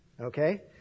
okay